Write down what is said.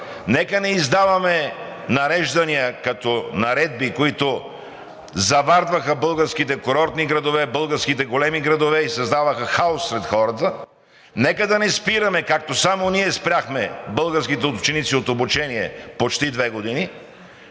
да не издаваме нареждания като наредби, които завардваха българските курортни градове, българските големи градове и създаваха хаос сред хората, нека да не спираме, както само ние спряхме българските ученици от обучение за почти две години.